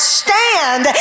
stand